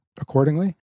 accordingly